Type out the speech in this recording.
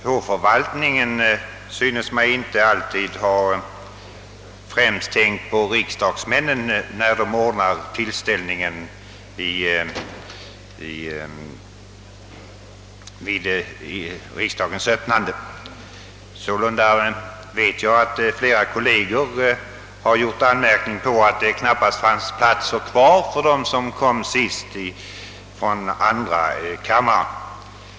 Hovförvaltningen synes mig inte alltid främst ha tänkt på riksdagsmännen när man ordnat tillställningen vid riksdagens högtidliga öppnande. Sålunda vet jag att flera kolleger har anmärkt på att det knappast har funnits några platser för dem som kommit sist från andra kammaren.